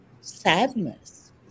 sadness